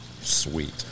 sweet